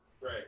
Right